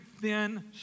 thin